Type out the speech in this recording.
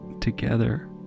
together